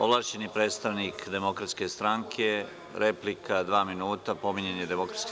Ovlašćeni predstavnik Demokratske stranke, replika dva minuta, pominjanje DS.